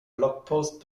blogpost